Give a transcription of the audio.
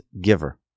giver